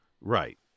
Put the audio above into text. Right